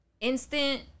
instant